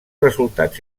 resultats